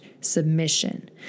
submission